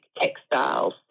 textiles